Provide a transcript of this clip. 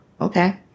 Okay